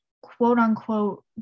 quote-unquote